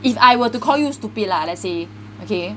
if I were to call you stupid lah let's see okay